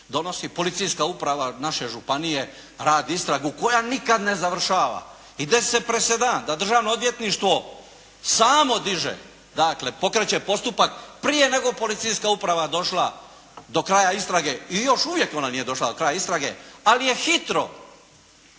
donosi, policijska uprava naše županije radi istragu koja nikad ne završava …/Govornik se ne razumije./… da državno odvjetništvo samo diže, dakle pokreće postupak prije nego policijska uprava došla do kraja istrage i još uvijek ona nije došla do kraja istrage, ali je hitro